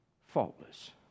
faultless